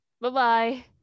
Bye-bye